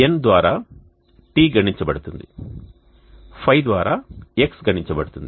N ద్వారా τ గణించబడుతుంది φ ద్వారా x గణించబడుతుంది